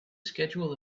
schedule